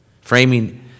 Framing